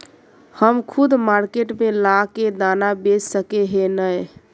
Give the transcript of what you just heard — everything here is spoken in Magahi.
हम खुद मार्केट में ला के दाना बेच सके है नय?